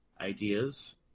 ideas